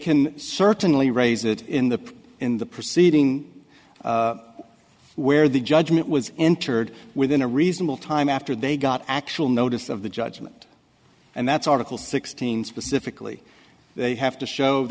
can certainly raise it in the in the proceeding where the judgment was entered within a reasonable time after they got actual notice of the judgment and that's article sixteen specifically they have to show th